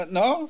no